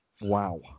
Wow